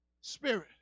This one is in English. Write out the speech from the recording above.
spirit